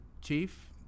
chief